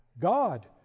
God